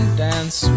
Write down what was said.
dance